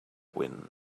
wind